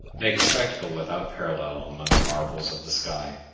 make a spectacle without parallel among the marvels of the sky.